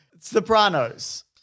Sopranos